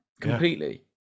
completely